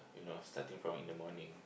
you know starting from in the morning